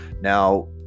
now